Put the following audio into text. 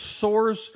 source